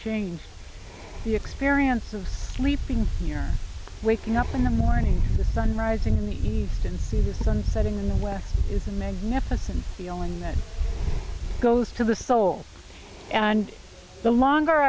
change the experience of sleeping or waking up in the morning the sun rising in the east and see the sun setting in the west it's a magnificent feeling that goes to the soul and the longer